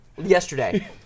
yesterday